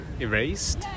erased